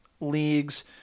leagues